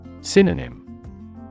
Synonym